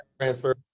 transfer